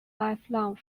lifelong